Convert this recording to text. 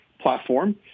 platform